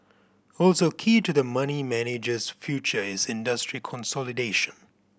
also key to the money manager's future is industry consolidation